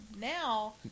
Now